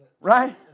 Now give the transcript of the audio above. Right